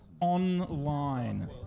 online